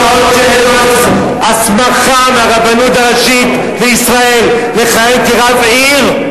כל עוד אין לו הסמכה מהרבנות הראשית לישראל לכהן כרב עיר,